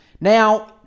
Now